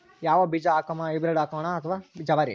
ಯಾವ ಬೀಜ ಹಾಕುಮ, ಹೈಬ್ರಿಡ್ ಹಾಕೋಣ ಅಥವಾ ಜವಾರಿ?